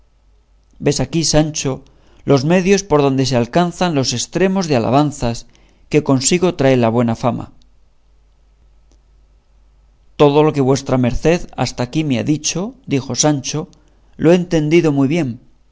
ves aquí sancho los medios por donde se alcanzan los estremos de alabanzas que consigo trae la buena fama todo lo que vuestra merced hasta aquí me ha dicho dijo sancho lo he entendido muy bien